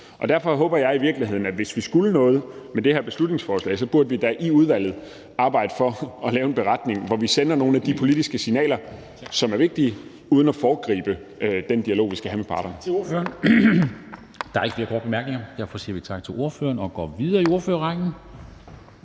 Derfor vil jeg i virkeligheden sige, at hvis vi skulle noget med det her beslutningsforslag, burde vi da i udvalget arbejde for at lave en beretning, hvor vi sender nogle af de politiske signaler, som er vigtige, uden at foregribe den dialog, vi skal have med parterne. Kl. 13:27 Formanden (Henrik Dam Kristensen): Tak til ordføreren. Der er ikke flere